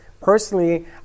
personally